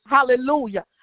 Hallelujah